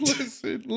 Listen